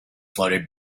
fluttered